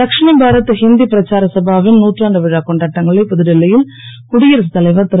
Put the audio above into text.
தக்ஷிண பாரத் இந்தி பிரச்சார சபாவின் நூற்றாண்டு விழாக் கொண்டாட்டங்களை புதுடெல்லியில் குடியரசுத் தலைவர் தரு